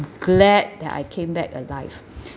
glad that I came back alive